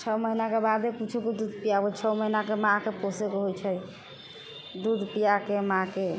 छओ महीनाके बादे किछुके दूध पिआबु छओ महीना तक माँके पोषैके होइ छै दूध पिआके माँके